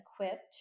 equipped